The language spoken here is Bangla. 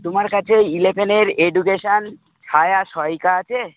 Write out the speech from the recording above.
তোমার কাছে ওই ইলেভেনের এডুকেশান ছায়া সহায়িকা আছে